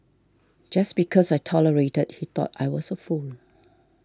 just because I tolerated he thought I was a fool